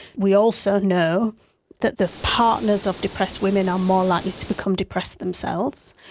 we also know that the partners of depressed women are more likely to become depressed themselves.